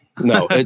No